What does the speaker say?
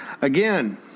Again